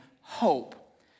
hope